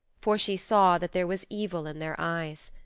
for she saw that there was evil in their eyes.